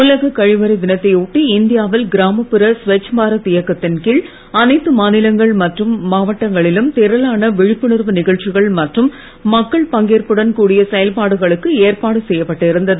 உலக கழிவறை தினத்தை ஒட்டி இந்தியாவில் கிராமப்புற ஸ்வச்பாரத் இயக்கத்தின் கீழ் அனைத்து மாநிலங்கள் மற்றும் மாவட்டங்களிலும் திரளான விழிப்புணர்வு நிகழ்ச்சிகள் மற்றும் மக்கள் பங்கேற்புடன் கூடிய செயல்பாடுகளுக்கு ஏற்பாடு செய்யப்பட்டு இருந்தது